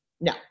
no